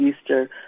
Easter